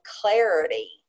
clarity